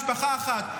משפחה אחת".